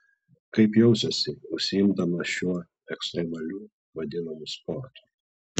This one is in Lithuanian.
kaip jausiuosi užsiimdamas šiuo ekstremaliu vadinamu sportu